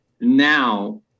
now